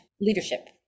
leadership